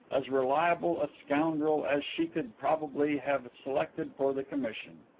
as reliable a scoundrel as she could probably have selected for the commission.